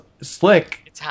Slick